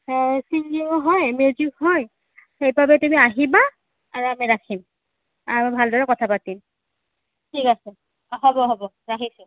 হয় সেইবাবে তুমি আহিবা আৰু আমি ৰাখিম আৰু ভালদৰে কথা পাতিম ঠিক আছে হ'ব হ'ব ৰাখিছোঁ